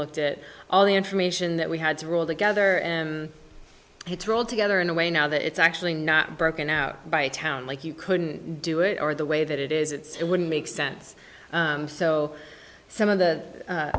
looked at all the information that we had to roll together and it's rolled together in a way now that it's actually not broken out by town like you couldn't do it or the way that it is it's it wouldn't make sense so some of the